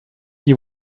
you